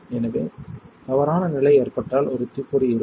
எனவே தவறான நிலை ஏற்பட்டால் ஒரு தீப்பொறி இருக்கும்